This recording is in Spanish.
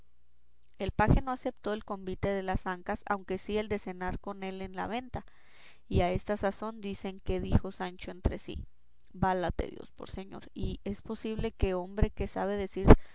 el paje no aceptó el convite de las ancas aunque sí el de cenar con él en la venta y a esta sazón dicen que dijo sancho entre sí válate dios por señor y es posible que hombre que sabe decir